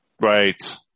Right